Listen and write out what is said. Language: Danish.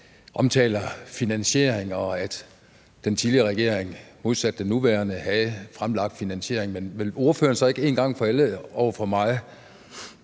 omtaler finansiering, og at den tidligere regering modsat den nuværende havde fremlagt en finansiering. Men vil ordføreren så ikke en gang for alle over for mig